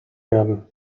werden